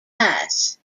device